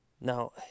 Now